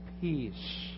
peace